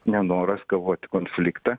nenoras skaluoti konfliktą